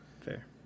fair